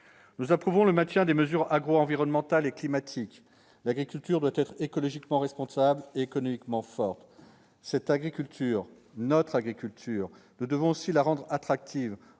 Nous approuvons le maintien des mesures agroenvironnementales et climatiques. L'agriculture doit être écologiquement responsable et économiquement forte. Cette agriculture, notre agriculture, nous devons aussi la rendre attractive